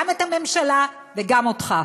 גם את הממשלה וגם אותך.